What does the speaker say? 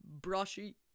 brushy